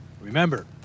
Remember